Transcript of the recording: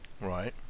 right